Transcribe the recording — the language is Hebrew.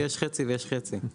יש חצי ויש חצי.